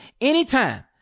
anytime